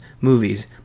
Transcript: movies